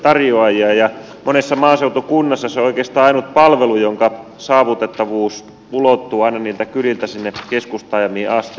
monessa maaseutukunnassa se on oikeastaan ainut palvelu jonka saavutettavuus ulottuu aina niiltä kyliltä sinne keskustaajamiin asti